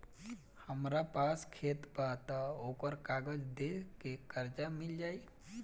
हमरा पास खेत बा त ओकर कागज दे के कर्जा मिल जाई?